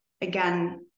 Again